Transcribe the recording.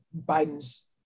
Biden's